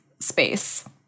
space